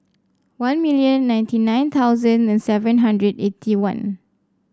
one million ninety nine thousand and seven hundred eighty one